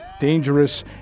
Dangerous